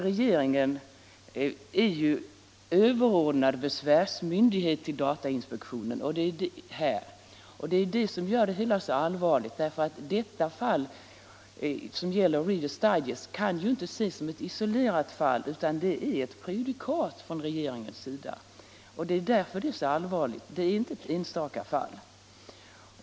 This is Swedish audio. Regeringen är ju överordnad besvärsmyndighet till datainspektionen, och det är detta som gör det hela så allvarligt. Detta avgörande som gäller Readers Digest kan inte ses som ett isolerat fall, utan det är ett prejudikat från regeringens sida. Det är därför frågan är så allvarlig.